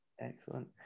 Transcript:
excellent